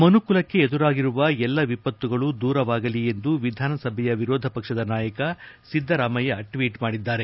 ಮನುಕುಲಕ್ಕೆ ಎದುರಾಗಿರುವ ಎಲ್ಲ ವಿಪತ್ತುಗಳು ದೂರವಾಗಲಿ ಎಂದು ವಿಧಾನಸಭೆ ವಿರೋಧ ಪಕ್ವದ ನಾಯಕ ಸಿದ್ದರಾಮಯ್ಯ ಟ್ವೀಟ್ ಮಾಡಿದ್ದಾರೆ